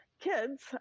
kids